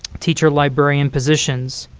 teacher, librarian positions.